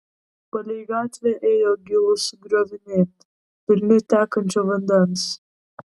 palei gatvę ėjo gilūs grioviai pilni tekančio vandens